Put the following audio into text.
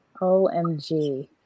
OMG